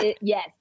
Yes